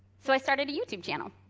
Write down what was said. so, i started a youtube channel.